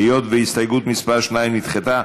היות שהסתייגות מס' 2 נדחתה,